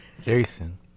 Jason